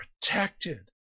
protected